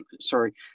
sorry